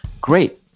Great